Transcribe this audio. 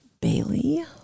bailey